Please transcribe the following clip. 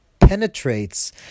penetrates